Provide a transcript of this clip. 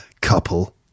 couple